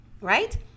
right